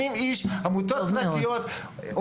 80 איש, עמותות פרטיות.